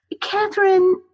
Catherine